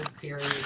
period